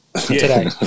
today